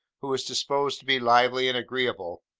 who was disposed to be lively and agreeable,